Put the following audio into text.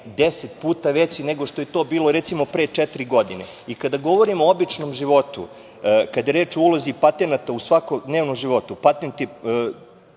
deset puta veći nego što je to bilo, recimo, pre četiri godine. I, kada govorimo o običnom životu, kada je reč o ulozi patenata u svakodnevnom životu, patenti